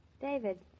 David